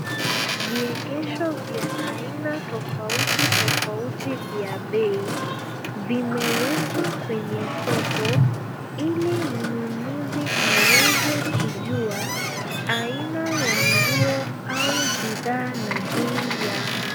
Vionyesho vya aina tofauti tofauti za bei vimewekwa kwenye soko ili mnunuzi aweze kujua aina ya nguo au bidhaa na bei yake.